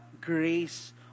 grace